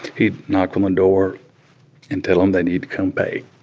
he'd knock um on door and tell them they need to come pay.